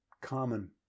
common